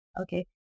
Okay